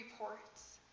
reports